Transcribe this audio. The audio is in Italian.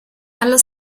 allo